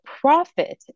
profit